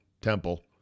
Temple